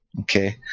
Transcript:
okay